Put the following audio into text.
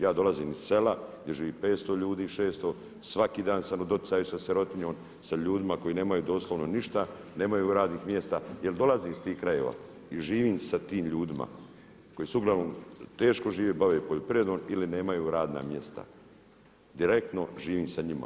Ja dolazim iz sela gdje živi 500 ljudi, 600, svaki dan sam u doticaju sa sirotinjom, sa ljudima koji nemaju doslovno ništa, nemaju radnih mjesta jer dolazim iz tih krajeva i živim sa tim ljudima koji uglavnom teško žive, bave poljoprivredom ili nemaju radna mjesta, direktno živim sa njima.